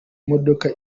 modoka